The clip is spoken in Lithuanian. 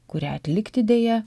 kurią atlikti dėja